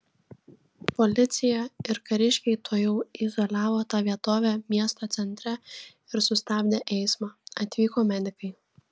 policija ir kariškiai tuojau izoliavo tą vietovę miesto centre ir sustabdė eismą atvyko medikai